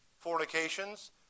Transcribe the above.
fornications